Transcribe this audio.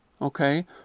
Okay